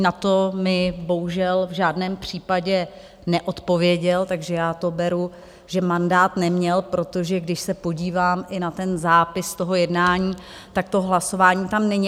Na to mi bohužel v žádném případě neodpověděl, takže já to beru, že mandát neměl, protože když se podívám i na zápis z toho jednání, tak to hlasování tam není.